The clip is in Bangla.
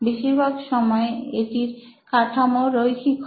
বেশিরভাগ সময় এটির কাঠামো রৈখিক হয়